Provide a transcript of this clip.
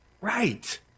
Right